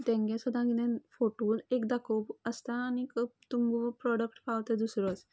तेंगे सद्दां कितें फोटू एक दाखोवप आसता आनी तुमकां प्रोडक्ट पावता दुसरोच